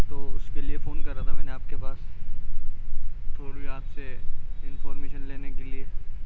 تو اس کے لیے فون کرا تھا میں نے آپ کے پاس تھوڑی آپ سے انفورمیشن لینے کے لیے